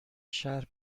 شهر